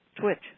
twitch